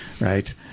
right